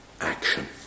action